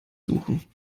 suchen